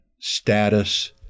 status